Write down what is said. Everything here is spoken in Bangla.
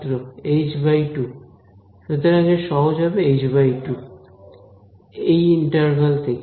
ছাত্র h2 সুতরাং এর সহগ হবে h2 এই ইন্টারভাল থেকে